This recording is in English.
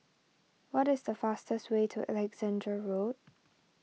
what is the fastest way to Alexandra Road